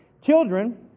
Children